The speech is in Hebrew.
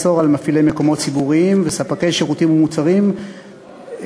ייאסר על מפעילי מקומות ציבוריים וספקי שירותים ומוצרים ציבוריים,